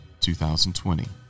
2020